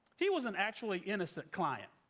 he was an actually innocent client.